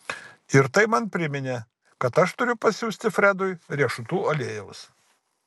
ir tai man priminė kad aš turiu pasiųsti fredui riešutų aliejaus